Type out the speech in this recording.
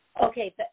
Okay